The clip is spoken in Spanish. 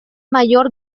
mayor